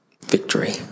victory